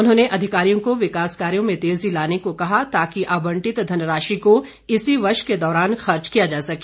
उन्होंने अधिकारियों को विकास कार्यो में तेजी लाने को कहा ताकि आबंटित धनराशि को इसी वर्ष के दौरान खर्च किया जा सके